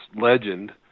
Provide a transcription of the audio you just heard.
legend